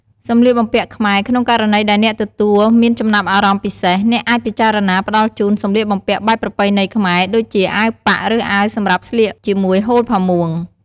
សម្លៀកបំពាក់ខ្មែរ ក្នុងករណីដែលអ្នកទទួលមានចំណាប់អារម្មណ៍ពិសេស អ្នកអាចពិចារណាផ្តល់ជូន សម្លៀកបំពាក់បែបប្រពៃណីខ្មែរ ដូចជាអាវប៉ាក់ ឬអាវសម្រាប់ស្លៀកជាមួយហូលផាមួង។